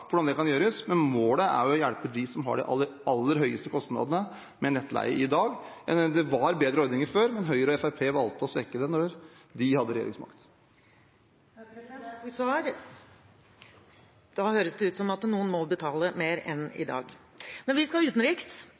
hvordan det kan gjøres, men målet er å hjelpe dem som har de aller, aller høyeste kostnadene med nettleie i dag. Det var bedre ordninger før, men Høyre og Fremskrittspartiet valgte å svekke dem da de hadde regjeringsmakt. Takk for svaret. Da høres det ut som om noen må betale mer enn i dag. Vi skal utenriks.